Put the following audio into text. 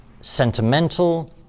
sentimental